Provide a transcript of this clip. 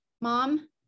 mom